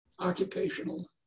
occupational